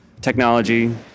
technology